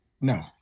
No